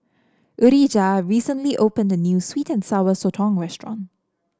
Urijah recently opened a new sweet and Sour Sotong restaurant